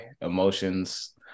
emotions